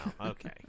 okay